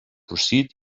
proceed